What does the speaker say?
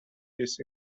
his